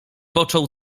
począł